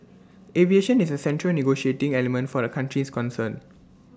aviation is A central negotiating element for the countries concerned